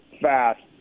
fast